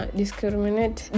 discriminate